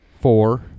four